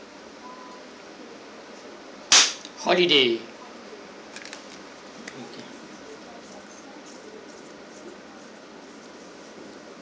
holiday